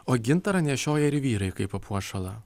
o gintarą nešioja ir vyrai kaip papuošalą